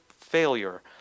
failure